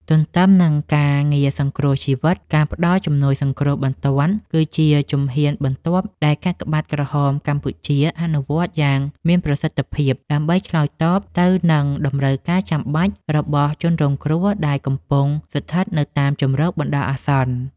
ទន្ទឹមនឹងការងារសង្គ្រោះជីវិត ការផ្ដល់ជំនួយសង្គ្រោះបន្ទាន់គឺជាជំហានបន្ទាប់ដែលកាកបាទក្រហមកម្ពុជាអនុវត្តយ៉ាងមានប្រសិទ្ធភាព ដើម្បីឆ្លើយតបទៅនឹងតម្រូវការចាំបាច់របស់ជនរងគ្រោះដែលកំពុងស្ថិតនៅតាមជម្រកបណ្ដោះអាសន្ន។